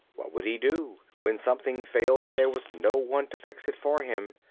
what would he do, when something failed and there was no one to fix it for him?